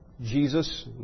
Jesus